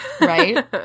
Right